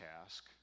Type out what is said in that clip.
task